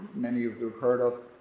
many of you heard of.